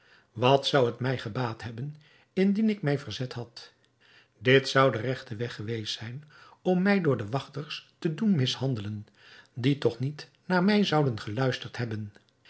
wat zou het mij gebaat hebben indien ik mij verzet had dit zou den regten weg geweest zijn om mij door de wachters te doen mishandelen die toch niet naar mij zouden geluisterd hebben